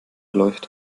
läuft